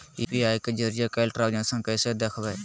UPI के जरिए कैल ट्रांजेक्शन कैसे देखबै?